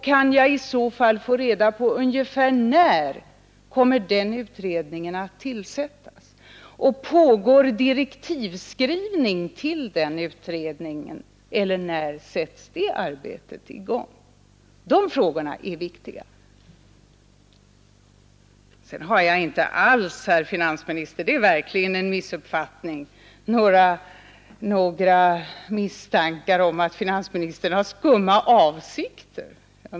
Kan jag i så fall få reda på ungefär när den utredningen kommer att tillsättas? Pågår direktivskrivningen till den utredningen eller när sätts det arbetet i gång? De här frågorna är viktiga. Jag har inte alls, herr finansminister — det är verkligen en missuppfattning — några misstankar om att finansministern har skumma avsikter.